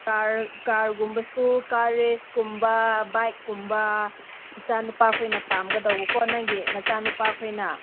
ꯀꯥꯔꯒꯨꯝꯕꯁꯨ car race ꯀꯨꯝꯕ bike ꯀꯨꯝꯕ ꯏꯆꯥ ꯅꯨꯄꯥ ꯈꯣꯏꯅ ꯄꯥꯝꯒꯗꯧꯕꯀꯣ ꯅꯪꯒꯤ ꯅꯆꯥ ꯅꯨꯄꯥ ꯈꯣꯏꯅ